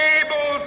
able